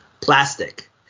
plastic